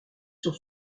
sur